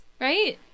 right